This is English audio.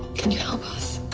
can you help us?